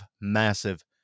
massive